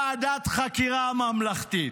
ועדת חקירה ממלכתית.